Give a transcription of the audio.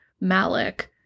Malik